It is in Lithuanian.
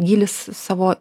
gylis savo